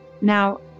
Now